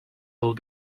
will